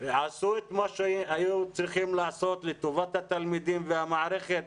עשו את מה שהיו צריכים לעשות לטובת התלמידים והמערכת,